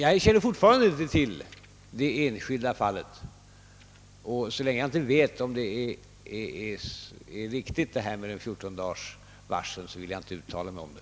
Jag känner fortfarande inte till det enskilda fallet, och så länge jag inte vet, om detta med 14 dagars varsel är riktigt, vill jag inte uttala mig om det.